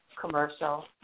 commercial